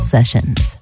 Sessions